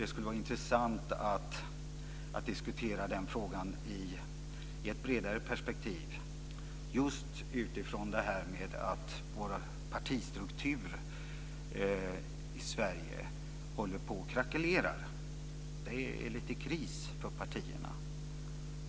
Det skulle vara intressant att diskutera frågan i ett bredare perspektiv, just utifrån att partistrukturen i Sverige håller på att krackelera. Det är kris för partierna.